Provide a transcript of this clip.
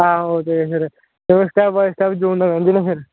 आहो ते फिर होर स्टेप बाय स्टेप जोड़ने पौंदी ना फिर